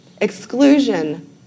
exclusion